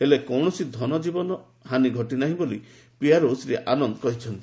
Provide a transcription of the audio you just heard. ହେଲେ କୌଣସି ଧନଜୀବନ ହାନି ଘଟି ନାହିଁ ବୋଲି ପିଆର୍ଓ ଶ୍ରୀ ଆନନ୍ଦ କହିଛନ୍ତି